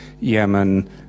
Yemen